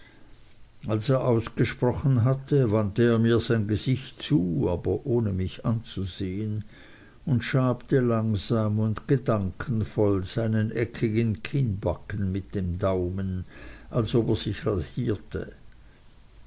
als er ausgesprochen hatte wandte er mir sein gesicht zu aber ohne mich anzusehen und schabte langsam und gedankenvoll seinen eckigen kinnbacken mit dem daumen als ob er sich rasierte